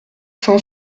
saint